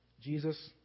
Jesus